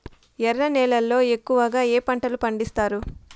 ఎర్ర నేలల్లో ఎక్కువగా ఏ పంటలు పండిస్తారు